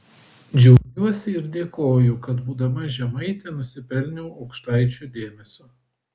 džiaugiuosi ir dėkoju kad būdama žemaitė nusipelniau aukštaičių dėmesio